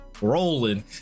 rolling